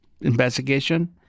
investigation